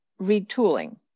retooling